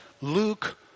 Luke